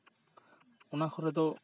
ᱚᱱᱟ ᱠᱚᱨᱮ ᱫᱚ